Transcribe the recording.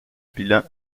bilan